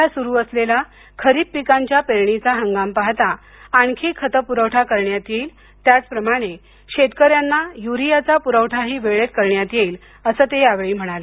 सध्या सुरु असलेला खरीप पिकांच्या पेरणीचा हंगाम पाहता आणखी खत पुरवठा करण्यात येईल त्याच प्रमाणे शेतकऱ्यांना युरियाचा पुरवठाही वेळेत करण्यात येईल असं ते यावेळी म्हणाले